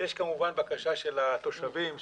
יש כמובן בקשה של התושבים,